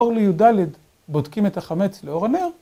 אור לי"ד בודקים את החמץ לאור הנר